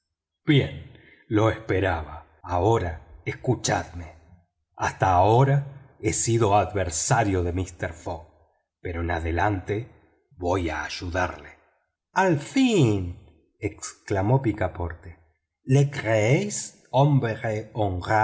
bien lo esperaba ahora escuchadme hasta ahora he sido adversario de mister fogg pero en adelante voy a ayudarlo al fin exclamó picaporte lo creéis hombre